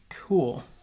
Cool